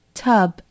tub